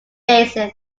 basin